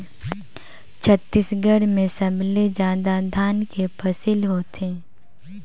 छत्तीसगढ़ में सबले जादा धान के फसिल होथे